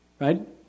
right